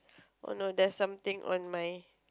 oh no there's something on my